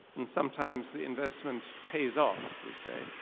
and sometimes the investment pays off, we say